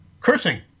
Cursing